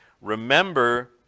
remember